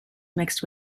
mixed